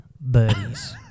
birdies